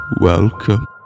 Welcome